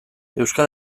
euskal